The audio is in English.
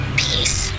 peace